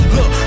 Look